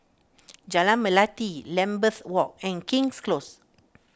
Jalan Melati Lambeth Walk and King's Close